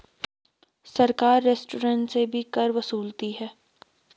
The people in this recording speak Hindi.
सरकार रेस्टोरेंट से भी कर वसूलती है